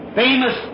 famous